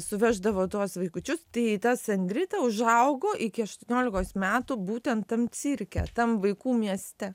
suveždavo tuos vaikučius tai ta sandrita užaugo iki aštuoniolikos metų būtent tam cirke tam vaikų mieste